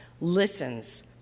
listens